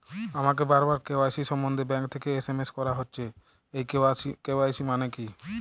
আমাকে বারবার কে.ওয়াই.সি সম্বন্ধে ব্যাংক থেকে এস.এম.এস করা হচ্ছে এই কে.ওয়াই.সি মানে কী?